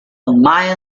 mayan